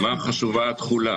התכולה?